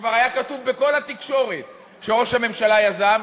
שכבר היה כתוב בכל התקשורת שראש הממשלה יזם,